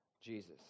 Jesus